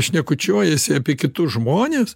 šnekučiuojasi apie kitus žmones